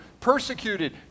persecuted